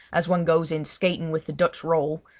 as one goes in skating with the dutch roll,